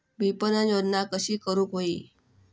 विपणन योजना कशी करुक होई?